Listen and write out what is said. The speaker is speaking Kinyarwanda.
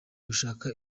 gushaka